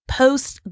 post